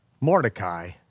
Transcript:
Mordecai